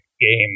game